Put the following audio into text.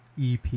EP